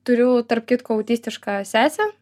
turiu tarp kitko autistišką sesę